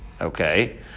Okay